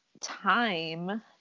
time